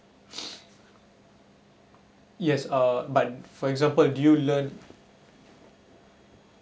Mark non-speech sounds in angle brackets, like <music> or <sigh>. <breath> yes uh but for example do you learn